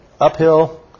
uphill